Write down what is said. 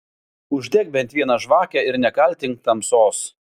uždek bent vieną žvakę ir nekaltink tamsos